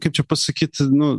kaip čia pasakyt nu